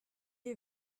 est